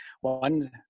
one